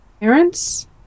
parents